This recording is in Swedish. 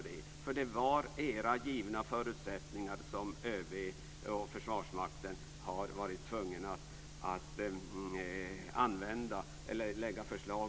Det är utifrån era givna förutsättningar som ÖB och Försvarsmakten varit tvungna att lägga förslag.